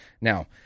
Now